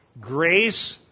Grace